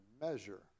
measure